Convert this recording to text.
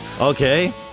Okay